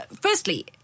firstly